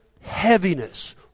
heaviness